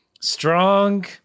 strong